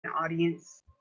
audience